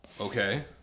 Okay